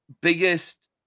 biggest